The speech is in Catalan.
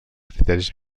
criteris